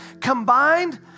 combined